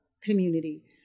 community